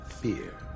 fear